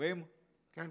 אחד